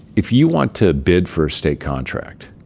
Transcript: if you want to bid for a state contract,